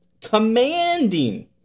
commanding